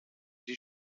die